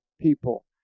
people